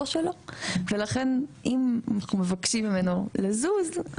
ולכן אם אנחנו מבקשים ממנו לזוז,